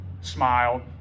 smiled